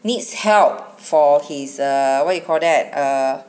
needs help for his err what you call that err